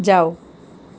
જાવ